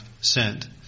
sent